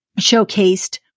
showcased